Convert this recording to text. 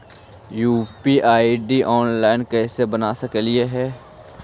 UPI online कैसे बना सकली हे?